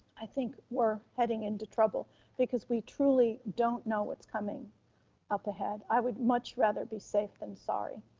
i think we're heading into trouble because we truly don't know what's coming up ahead. i would much rather be safe than sorry.